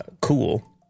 cool